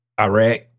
Iraq